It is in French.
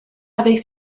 avec